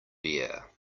bare